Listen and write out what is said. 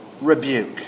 rebuke